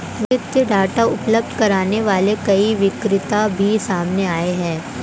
वित्तीय डाटा उपलब्ध करने वाले कई विक्रेता भी सामने आए हैं